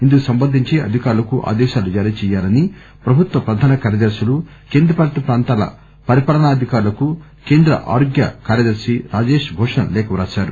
ఇందుకు సంబంధించి అధికారులకు ఆదేశాలు జారీ చేయాలని ప్రభుత్వ ప్రధాన కార్యదర్శులు కేంద్ర పాలిత ప్రాంతాల పరిపాలనాధికారులను కేంద్ర ఆరోగ్య కార్యదర్శి రాజేష్ భూషణ్ లేఖ రాశారు